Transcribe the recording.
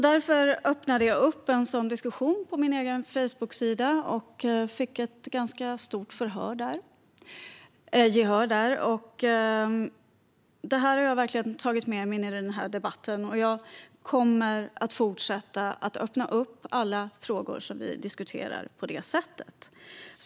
Därför öppnade jag upp en sådan diskussion på min egen Facebooksida och fick ett ganska stort gehör där. Det här har jag verkligen tagit med mig in i denna debatt, och jag kommer att fortsätta att öppna upp alla frågor som vi diskuterar på det sättet.